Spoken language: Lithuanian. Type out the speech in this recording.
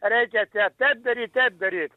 reikia čia taip daryti taip daryt